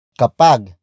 kapag